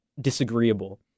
disagreeable